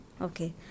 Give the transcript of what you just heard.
Okay